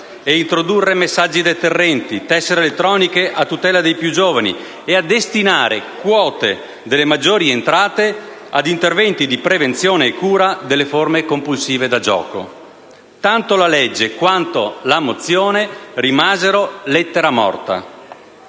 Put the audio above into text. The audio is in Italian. e introdurre messaggi deterrenti, tessere elettroniche a tutela dei più giovani e a destinare quote delle maggiori entrate ad interventi di prevenzione e cura delle forme compulsive da gioco. Tanto la legge quanto la mozione rimasero lettera morta.